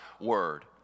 word